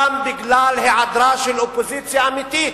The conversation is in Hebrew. גם בגלל היעדרה של אופוזיציה אמיתית.